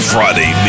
Friday